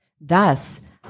Thus